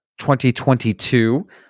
2022